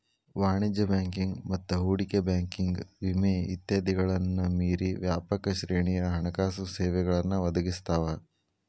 ವಾಣಿಜ್ಯ ಬ್ಯಾಂಕಿಂಗ್ ಮತ್ತ ಹೂಡಿಕೆ ಬ್ಯಾಂಕಿಂಗ್ ವಿಮೆ ಇತ್ಯಾದಿಗಳನ್ನ ಮೇರಿ ವ್ಯಾಪಕ ಶ್ರೇಣಿಯ ಹಣಕಾಸು ಸೇವೆಗಳನ್ನ ಒದಗಿಸ್ತಾವ